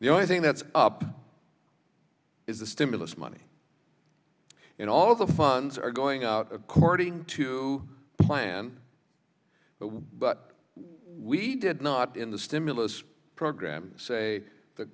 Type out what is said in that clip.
the only thing that's up is the stimulus money and all of the funds are going out according to plan but we did not in the stimulus program say the